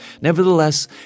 Nevertheless